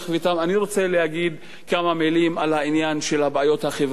אני רוצה להגיד כמה מלים על העניין של הבעיות החברתיות-כלכליות,